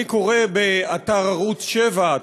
אני קורא באתר ערוץ 7,